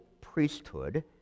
priesthood